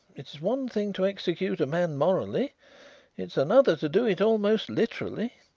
it is one thing to execute a man morally it is another to do it almost literally.